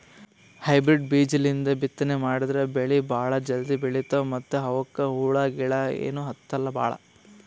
hybrid ಬೀಜಾಲಿಂದ ಬಿತ್ತನೆ ಮಾಡದ್ರ್ ಬೆಳಿ ಭಾಳ್ ಜಲ್ದಿ ಬೆಳೀತಾವ ಮತ್ತ್ ಅವಕ್ಕ್ ಹುಳಗಿಳ ಏನೂ ಹತ್ತಲ್ ಭಾಳ್